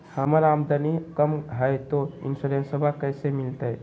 हमर आमदनी कम हय, तो इंसोरेंसबा कैसे मिलते?